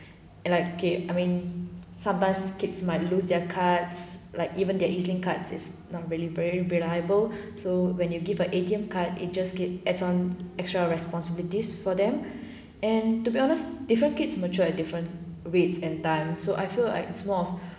and like okay I mean sometimes kids might lose their cards like even their ezlink cards is not really very reliable so when you give a A_T_M card it just get adds on extra responsibilities for them and to be honest different kids mature at different rates and time so I feel like it's more of